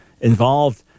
involved